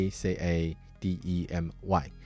Academy